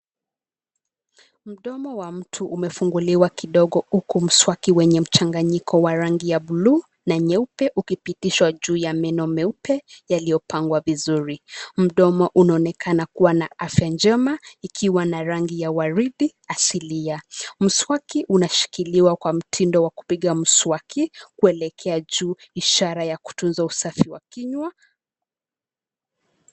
Mdomo wa mtu umefunguliwa kidogo huku mswaki wenye mchanganyiko wa rangi ya bluu na nyeupe ukipitishwa juu ya meno meupe, yaliyopangwa vizuri. Mdomo unaonekana kuwa na afya njema ikiwa na rangi ya waridi asilia. Mswaki unashikiliwa kwa mtindo wa kupiga mswaki kuelekea juu ishara ya kutunza usafi wa kinywa.